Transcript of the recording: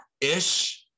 ish